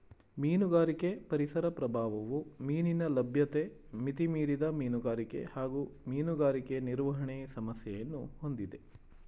ಮೀನುಗಾರಿಕೆ ಪರಿಸರ ಪ್ರಭಾವವು ಮೀನಿನ ಲಭ್ಯತೆ ಮಿತಿಮೀರಿದ ಮೀನುಗಾರಿಕೆ ಹಾಗೂ ಮೀನುಗಾರಿಕೆ ನಿರ್ವಹಣೆ ಸಮಸ್ಯೆಯನ್ನು ಹೊಂದಿದೆ